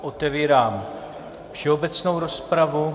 Otevírám všeobecnou rozpravu.